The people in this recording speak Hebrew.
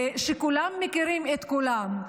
שכולם מכירים את כולם.